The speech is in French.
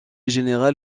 général